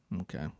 Okay